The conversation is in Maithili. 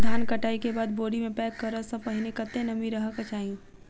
धान कटाई केँ बाद बोरी मे पैक करऽ सँ पहिने कत्ते नमी रहक चाहि?